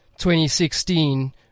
2016